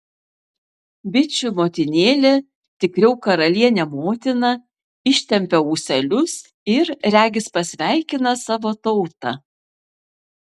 bičių motinėlė tikriau karalienė motina ištempia ūselius ir regis pasveikina savo tautą